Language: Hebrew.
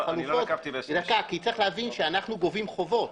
צריך להבין שאנחנו גובים חובות,